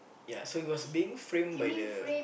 ya so he was being frame by the